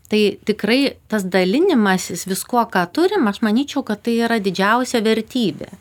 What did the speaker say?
tai tikrai tas dalinimasis viskuo ką turim aš manyčiau kad tai yra didžiausia vertybė